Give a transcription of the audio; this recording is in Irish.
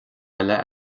eile